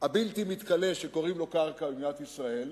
הבלתי מתכלה שקוראים לו קרקע במדינת ישראל,